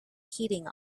heating